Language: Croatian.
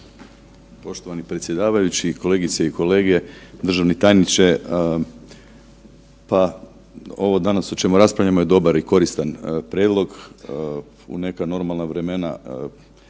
Poštovani predsjedavajući, kolegice i kolege, državni tajniče, pa ovo danas o čemu raspravljamo je dobar i koristan prijedlog. U neka normalna vremena